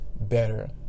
better